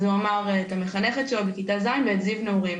אז הוא אמר את המחנכת שלו מכיתה ז' ואת זיו נעורים.